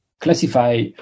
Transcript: classify